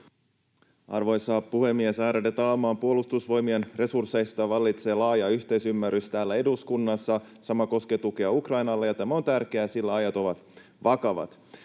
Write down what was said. Arvoisa puhemies, ärade talman! Puolustusvoimien resursseista vallitsee laaja yhteisymmärrys täällä eduskunnassa. Sama koskee tukea Ukrainalle, ja tämä on tärkeää, sillä ajat ovat vakavat.